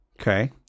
okay